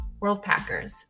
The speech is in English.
Worldpackers